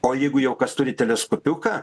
o jeigu jau kas turi teleskupiuką